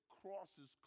crosses